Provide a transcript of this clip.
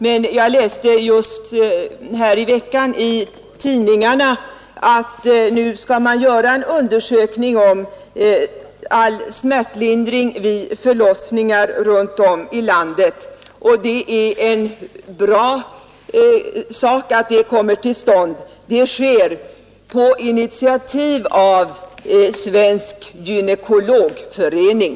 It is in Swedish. Men jag läste just i veckan i tidningarna att man nu skall göra en undersökning om all smärtlindring vid förlossningar runt om i landet, och det är bra att en undersökning om detta kommer till stånd. Intressant är att det sker på initiativ av Svensk gynekologförening.